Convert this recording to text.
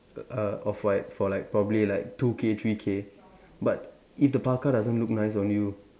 uh off white for like probably like two K three K but if the parka doesn't look nice on you